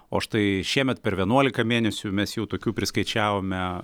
o štai šiemet per vienuolika mėnesių mes jau tokių priskaičiavome